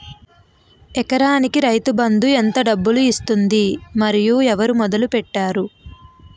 ఎకరానికి రైతు బందు ఎంత డబ్బులు ఇస్తుంది? మరియు ఎవరు మొదల పెట్టారు?